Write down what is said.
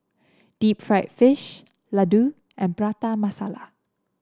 Deep Fried Fish Laddu and Prata Masala